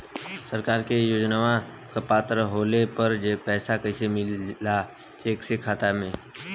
सरकार के योजनावन क पात्र होले पर पैसा कइसे मिले ला चेक से या खाता मे?